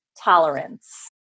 tolerance